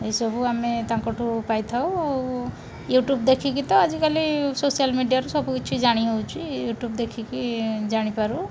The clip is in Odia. ଏଇସବୁ ଆମେ ତାଙ୍କଠୁ ପାଇଥାଉ ଆଉ ୟୁଟ୍ୟୁବ୍ ଦେଖିକି ତ ଆଜିକାଲି ସୋସିଆଲ୍ ମିଡ଼ିଆରେ ସବୁକିଛି ଜାଣି ହେଉଛି ୟୁଟ୍ୟୁବ୍ ଦେଖିକି ଜାଣିପାରୁ